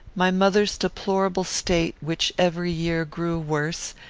my mother's deplorable state, which every year grew worse,